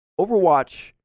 Overwatch